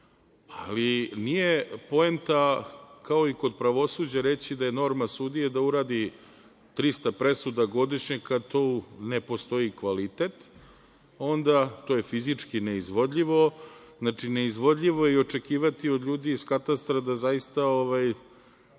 ali nije poenta kao i kod pravosuđa reći da je norma sudije da uradi 300 presuda godišnje, kad tu ne postoji kvalitet, onda to je fizički neizvodljivo, znači, neizvodljivo je i očekivati od ljudi iz katastra da zaista,